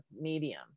medium